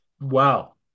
Wow